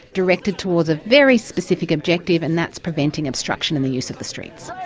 directed towards a very specific objective and that's preventing obstruction in the use of the streets.